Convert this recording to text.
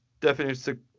definition